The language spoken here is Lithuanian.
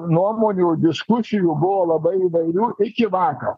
nuomonių diskusijų buvo labai įvairių iki vakar